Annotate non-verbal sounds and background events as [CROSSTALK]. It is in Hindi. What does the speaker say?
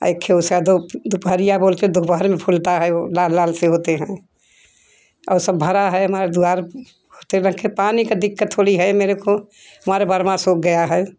[UNINTELLIGIBLE] दुपहरिया बोल के दोपहर में फुलता है वो लाल लाल से होते हैं वो और सब भरा है हमार द्वार पर रखे पानी की दिक्कत थोड़ी है मेरे को हमारा बर्मा सूख गया है